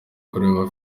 kureba